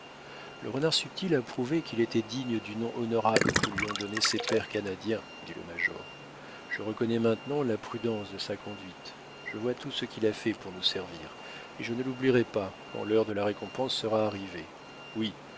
le renard subtil a prouvé qu'il était digne du nom honorable que lui ont donné ses pères canadiens dit le major je reconnais maintenant la prudence de sa conduite je vois tout ce qu'il a fait pour nous servir et je ne l'oublierai pas quand l'heure de la récompense sera arrivée oui